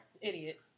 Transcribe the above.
Idiot